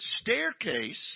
staircase